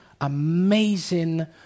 Amazing